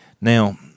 Now